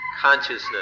consciousness